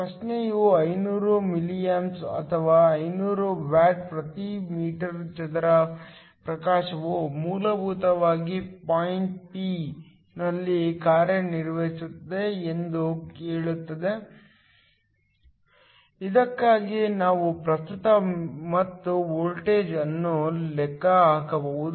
ಪ್ರಶ್ನೆಯು 500 ಮಿಲಿಯಾಂಪ್ಸ್ ಅಥವಾ 500 ವ್ಯಾಟ್ ಪ್ರತಿ ಮೀಟರ್ ಚದರ ಪ್ರಕಾಶವು ಮೂಲಭೂತವಾಗಿ ಪಾಯಿಂಟ್ ಪಿ ನಲ್ಲಿ ಕಾರ್ಯನಿರ್ವಹಿಸುತ್ತಿದೆ ಎಂದು ಹೇಳುತ್ತದೆ ಇದಕ್ಕಾಗಿ ನಾವು ಪ್ರಸ್ತುತ ಮತ್ತು ವೋಲ್ಟೇಜ್ ಅನ್ನು ಲೆಕ್ಕ ಹಾಕಬಹುದು